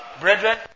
Brethren